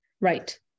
Right